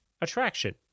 attraction